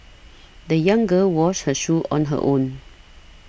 the young girl washed her shoes on her own